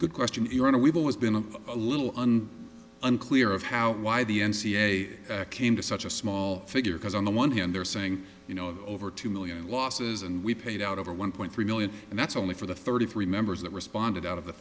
good question iran we've always been a little unclear of how why the n c a a came to such a small figure because on the one hand they're saying you know over two million losses and we paid out over one point three million and that's only for the thirty three members that responded out of the